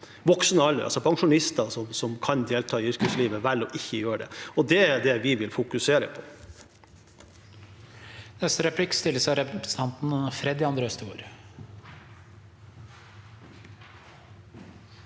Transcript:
voksen alder, altså at pensjonister som kan delta i yrkeslivet, velger å ikke å gjøre det. Det er det vi vil fokusere på.